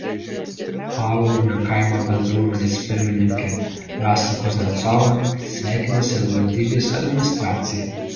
paaluonio kaimo bendruomenės pirmininkę rasą kuznecovą sveikina savivaldybės administracija